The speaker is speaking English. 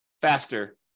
faster